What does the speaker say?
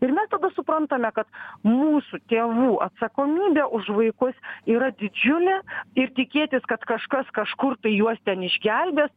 ir mes tada suprantame kad mūsų tėvų atsakomybė už vaikus yra didžiulė ir tikėtis kad kažkas kažkur tai juos ten išgelbės